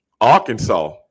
Arkansas